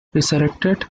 resurrected